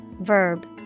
verb